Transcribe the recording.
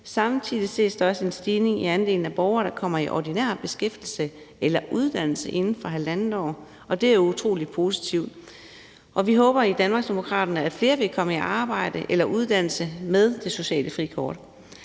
Samtidig ses der også en stigning i andelen af borgere, der kommer i ordinær beskæftigelse eller uddannelse inden for halvandet år, og det er jo utrolig positivt. Vi håber i Danmarksdemokraterne, at flere vil komme i arbejde eller uddannelse med det sociale frikort.